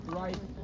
right